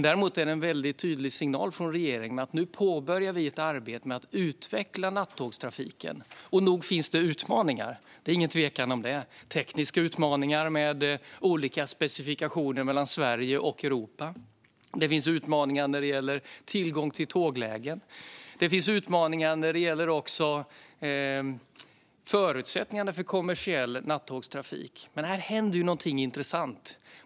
Däremot är det en tydlig signal från regeringen om att ett arbete nu påbörjas för att utveckla nattågstrafiken. Nog finns det utmaningar. Det är ingen tvekan om det. Det finns tekniska utmaningar med olika specifikationer mellan Sverige och Europa. Det finns utmaningar vad gäller tillgång till tåglägen. Det finns också utmaningar vad avser förutsättningarna för kommersiell nattågstrafik. Men här händer något intressant.